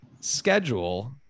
schedule